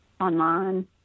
online